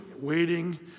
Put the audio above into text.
waiting